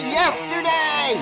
yesterday